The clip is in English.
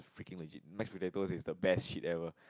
freaking legit mash potato is the best shit ever